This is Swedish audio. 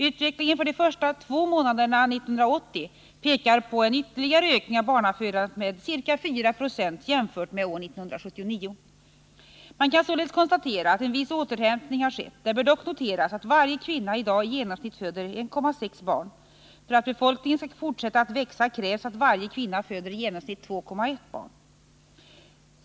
Utvecklingen för de första två månaderna 1980 pekar på en ytterligare ökning av barnafödandet med ca 4 70 jämfört med år 1979. Man kan således konstatera att en viss återhämtning har skett. Det bör dock noteras att varje kvinna i dag i genomsnitt föder 1,6 barn. För att befolkningen skall fortsätta att växa krävs att varje kvinna föder i genomsnitt 2,1 barn.